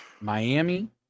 Miami